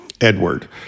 Edward